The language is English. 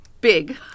big